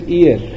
ear